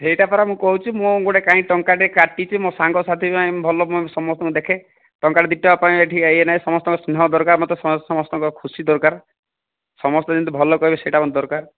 ହେଇଟା ପରା ମୁଁ କହୁଛି ମୁଁ ଗୋଟେ କାହିଁ ଟଙ୍କାଟେ କାଟିଛି ମୋ ସାଙ୍ଗସାଥୀ ପାଇଁ ଭଲ ସମସ୍ତଙ୍କୁ ଦେଖେ ଟଙ୍କାଟେ ଦୁଇ ଟଙ୍କା ପାଇଁ ଏଠି ଇଏ ନାହିଁ ସମସ୍ତଙ୍କ ସ୍ନେହ ଦରକାର ସମସ୍ତଙ୍କ ଖୁସି ଦରକାର ସମସ୍ତେ ଯେମିତି ଭଲ କହିବେ ସେଇଟା ମୋତେ ଦରକାର